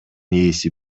ээси